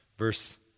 Verse